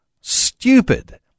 stupid